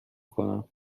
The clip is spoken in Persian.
کنم